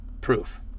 proof